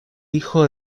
hijos